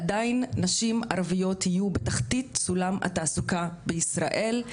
עדיין נשים ערביות יהיו בתחתית סולם התעסוקה בישראל.